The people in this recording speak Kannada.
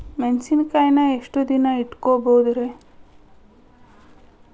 ಮೆಣಸಿನಕಾಯಿನಾ ಎಷ್ಟ ದಿನ ಇಟ್ಕೋಬೊದ್ರೇ?